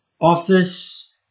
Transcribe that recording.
office